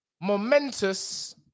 momentous